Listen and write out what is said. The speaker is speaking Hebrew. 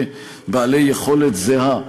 בעלי יכולת זהה,